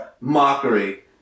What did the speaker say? Mockery